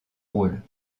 rôle